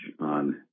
on